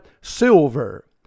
silver